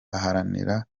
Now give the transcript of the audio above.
aharanira